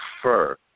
prefer